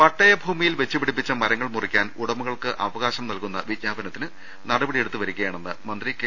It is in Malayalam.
പട്ടയ ഭൂമിയിൽ വെച്ചുപിടിപ്പിച്ച മരങ്ങൾ മുറിക്കാൻ ഉടമ കൾക്ക് അവകാശം നൽകുന്ന വിജ്ഞാപനത്തിന് നടപ ടിയെടുത്ത് വരികയാണെന്ന് മന്ത്രി കെ